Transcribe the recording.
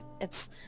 It's-